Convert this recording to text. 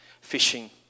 fishing